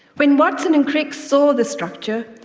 when watson and crick saw the structure,